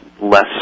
less